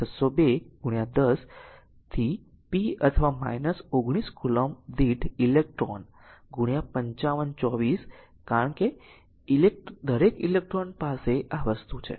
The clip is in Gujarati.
602 10 to p અથવા 19 કૂલોમ્બ દીઠ ઇલેક્ટ્રોન 5524 કારણ કે દરેક ઇલેક્ટ્રોન પાસે આ વસ્તુ છે